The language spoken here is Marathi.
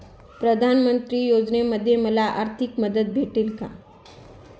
प्रधानमंत्री योजनेमध्ये मला आर्थिक मदत भेटेल का?